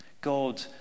God